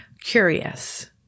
curious